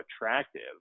attractive